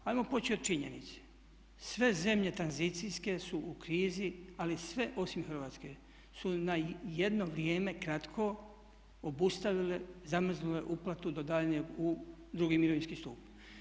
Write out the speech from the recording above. Ajmo početi od činjenice, sve zemlje tranzicijske su u krizi ali sve osim Hrvatske su na jedno vrijeme kratko obustavile, zamrznule uplatu do daljnjeg u drugi mirovinski stup.